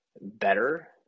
better